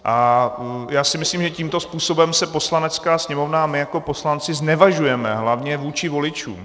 A já si myslím, že tímto způsobem se Poslanecká sněmovna a my jako poslanci znevažujeme hlavně vůči voličům.